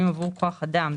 עבור כוח אדם.